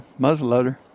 muzzleloader